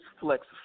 Flex